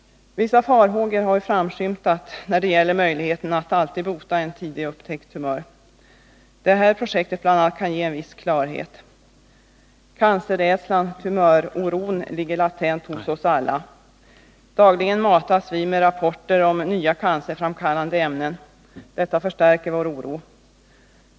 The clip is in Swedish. Vissa farhågor har framskymtat när det gäller möjligheten att alltid bota en tidigt upptäckt tumör. Härvidlag kan projektet bl.a. ge en viss klarhet. Cancerrädslan, tumöroron, ligger latent hos oss alla. Dagligen matas vi med rapporter om nya cancerframkallande ämnen. Detta förstärker vår oro.